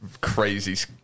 crazy